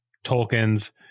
tolkien's